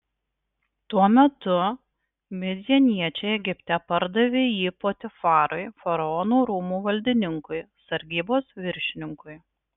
tuo metu midjaniečiai egipte pardavė jį potifarui faraono rūmų valdininkui sargybos viršininkui